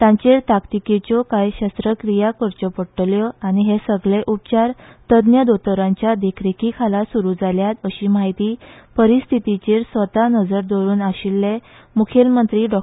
तांचेर ताकतिकेच्यो कांय शस्त्रक्रिया करच्यो पडटल्यो आनी हे सगले उपचार तज्ज्ञ दोतोरांच्या देखरेखीखाला स्रु जाल्यात अशी म्हायती परिस्थितीचेर स्वत नजर दवरुन आशिल्ले मुखेलमंत्री डॉ